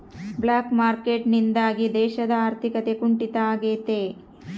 block market ನಿಂದಾಗಿ ದೇಶದ ಆರ್ಥಿಕತೆ ಕುಂಟಿತ ಆಗ್ತೈತೆ